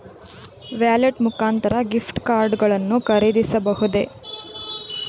Wallet ಮುಖಾಂತರ gift card ಗಳನ್ನು ಖರೀದಿಸಬಹುದೇ?